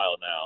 now